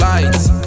Lights